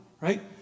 right